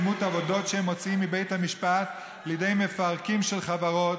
בדמות העבודות שהם מוציאים מבית המשפט לידי מפרקים של חברות,